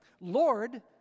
Lord